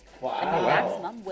Wow